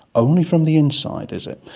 only from the inside is it,